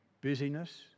busyness